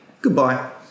Goodbye